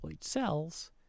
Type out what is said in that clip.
cells